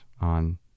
on